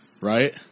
right